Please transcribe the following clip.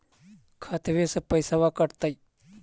खतबे से पैसबा कटतय?